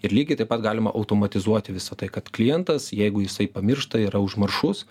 ir lygiai taip pat galima automatizuoti visą tai kad klientas jeigu jisai pamiršta yra užmaršus